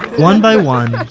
one by one,